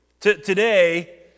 Today